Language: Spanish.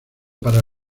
para